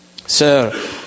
Sir